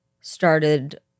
started